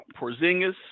Porzingis